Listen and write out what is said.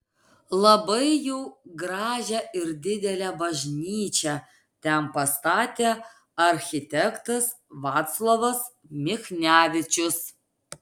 labai jau gražią ir didelę bažnyčią ten pastatė architektas vaclovas michnevičius